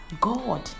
God